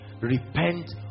Repent